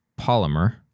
polymer